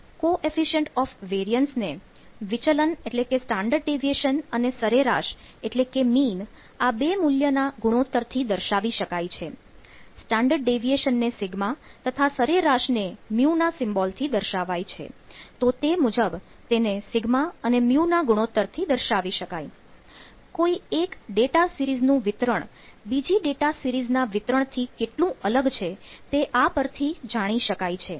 coefficient of variance ને વિચલન નું વિતરણ બીજી ડેટા સિરીઝ ના વિતરણ થી કેટલું અલગ છે તે આ પરથી જાણી શકાય છે